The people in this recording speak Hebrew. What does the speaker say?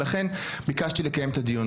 ולכן ביקשתי לקיים את הדיון.